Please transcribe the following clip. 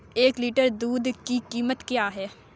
एक लीटर दूध की कीमत क्या है?